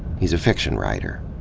he's a fiction writer.